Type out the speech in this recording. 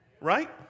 right